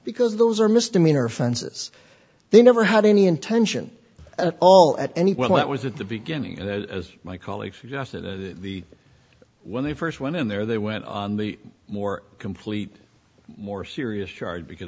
because those are misdemeanor offenses they never had any intention at all at any point was at the beginning and as my colleague suggested it the when they first went in there they went on the more complete more serious charge because